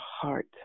heart